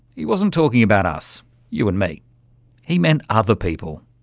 he wasn't talking about us you and me he meant other people.